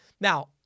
Now